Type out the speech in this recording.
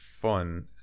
fun